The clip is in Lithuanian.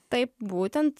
taip būtent